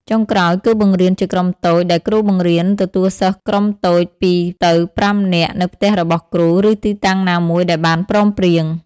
ចុងក្រោយ គឺបង្រៀនជាក្រុមតូច ដែលគ្រូបង្រៀនទទួលសិស្សមួយក្រុមតូច ២ទៅ៥ នាក់ នៅផ្ទះរបស់គ្រូ ឬទីតាំងណាមួយដែលបានព្រមព្រៀង។